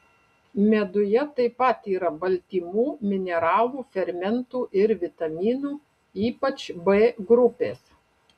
meduje taip pat yra baltymų mineralų fermentų ir vitaminų ypač b grupės